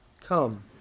come